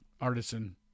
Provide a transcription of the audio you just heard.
artisan